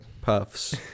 puffs